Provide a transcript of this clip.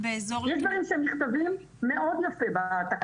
יש דברים שנכתבים מאוד יפה בתקנות.